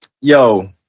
yo